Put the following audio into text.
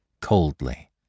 coldly